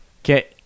Okay